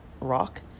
rock